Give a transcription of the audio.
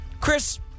Chris